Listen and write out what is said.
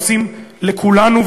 עושים לכולנו,